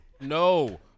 No